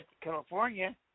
California